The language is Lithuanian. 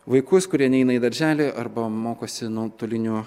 vaikus kurie neina į darželį arba mokosi nuotoliniu